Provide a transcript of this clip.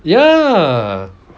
ya